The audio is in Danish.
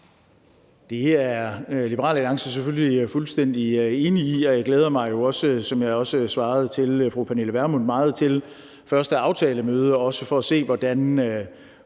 Det er Liberal Alliance selvfølgelig fuldstændig enige i. Jeg glæder mig også, som jeg også svarede til fru Pernille Vermund, meget til det første aftalemøde, også for at se, hvordan